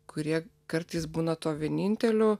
kurie kartais būna tuo vieninteliu